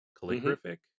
calligraphic